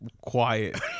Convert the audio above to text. quiet